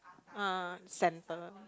ah center